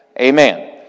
amen